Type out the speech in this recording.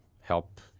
help